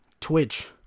twitch